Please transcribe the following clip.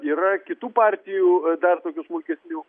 yra kitų partijų dar daugiau smulkesnių